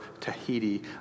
Tahiti